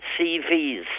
CVs